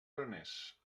aranès